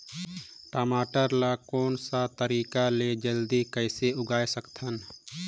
टमाटर ला कोन सा तरीका ले जल्दी कइसे उगाय सकथन?